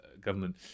government